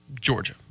Georgia